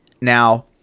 Now